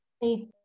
Hey